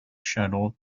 shuttle